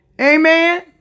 Amen